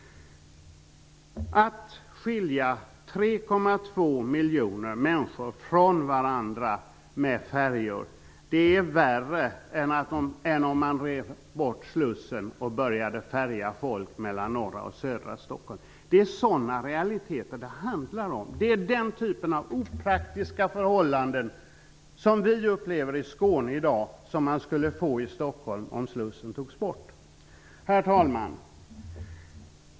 Att skilja 3,2 miljoner människor från varandra med färjor är värre än att riva slussen och låta människor åka färja mellan norra och södra Stockholm. Det handlar om sådana realiteter. De opraktiska förhållanden som vi i dag upplever i Skåne skulle man få i Herr talman!